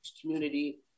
community